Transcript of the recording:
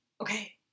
okay